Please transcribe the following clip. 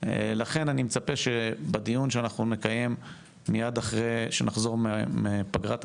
לכן אני מצפה שבדיון שאנחנו נקיים מיד אחרי שנחזור מפגרת הפסח,